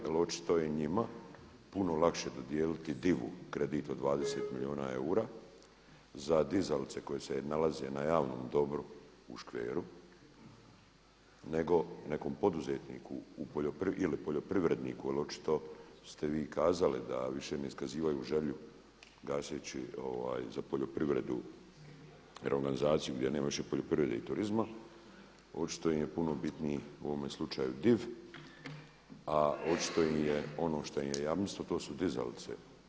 Jer očito je njima puno lakše dodijeliti divu kredit od 20 milijuna eura za dizalice koje se nalaze na javnom dobru u škveru nego nekom poduzetniku ili poljoprivredniku jer očito ste vi kazale da više ne iskazuju želju gaseći za poljoprivredu …/Govornik se n razumije./… gdje nema više poljoprivrede i turizma, očito im je puno bitniji u ovome slučaju div a očito im je ono što im je jamstvo to su dizalice.